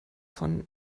von